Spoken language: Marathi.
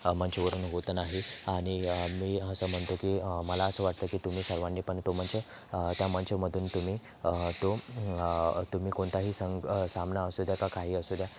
मंचवरून होत नाही आणि मी असं म्हणतो की मला असं वाटते की तुम्ही सर्वांनी पण तो मंच त्या मंचमधून तुम्ही तो तुम्ही कोणताही संघ सामना असू द्या का काही असू द्या